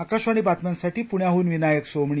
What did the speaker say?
आकाशवाणी बातम्यांसाठी पुण्याहून विनायक सोमणी